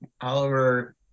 Oliver